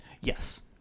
Yes